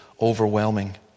overwhelming